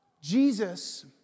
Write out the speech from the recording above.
Jesus